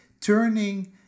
turning